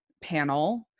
panel